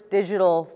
digital